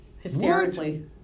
hysterically